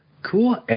Cool